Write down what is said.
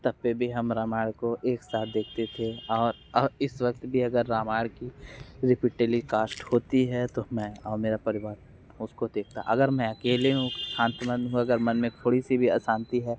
तब पर भी हम रामायण को एक साथ देखते थे और इस वक़्त भी अगर रामायण की रिपीट टेलीकास्ट होती है तो मैं और मेरा परिवार उसको देखता अगर मैं अकेले हूँ की मन हो अगर मन में थोड़ी सी भी अशांति है